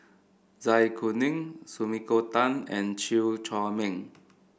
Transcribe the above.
Zai Kuning Sumiko Tan and Chew Chor Meng